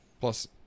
Plus